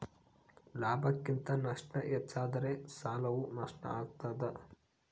ಲಾಭಕ್ಕಿಂತ ನಷ್ಟ ಹೆಚ್ಚಾದರೆ ಸಾಲವು ನಷ್ಟ ಆಗ್ತಾದ